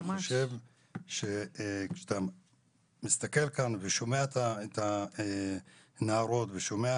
אני חושב שכשאתה מסתכל פה ושומע את הנערות ושומע